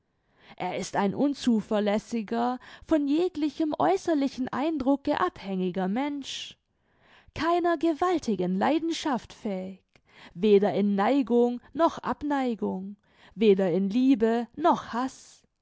er ist ein unzuverlässiger von jeglichem äußerlichen eindrucke abhängiger mensch keiner gewaltigen leidenschaft fähig weder in neigung noch abneigung weder in liebe noch haß